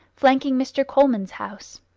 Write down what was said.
flanking mr. coleman's house.